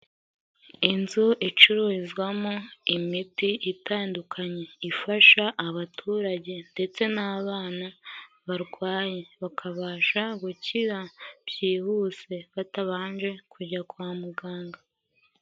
Inzu icururizwamo imiti itandukanye ifasha abaturage ndetse n'abana barwaye, bakabasha gukira byihuse batabanje kujya kwa muganga.